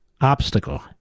obstacle